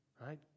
right